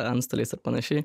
antstoliais ir panašiai